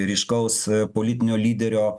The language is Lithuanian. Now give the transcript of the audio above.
ryškaus politinio lyderio